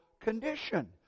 condition